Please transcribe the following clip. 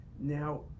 Now